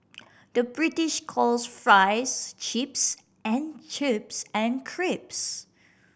the British calls fries chips and chips and crisps